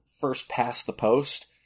first-past-the-post